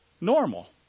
normal